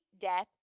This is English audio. death